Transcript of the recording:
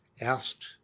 asked